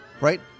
right